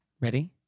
Ready